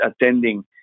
attending